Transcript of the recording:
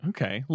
Okay